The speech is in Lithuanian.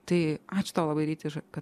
tai ačiū tau labai ryti už kad